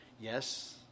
Yes